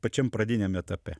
pačiam pradiniam etape